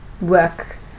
work